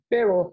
Pero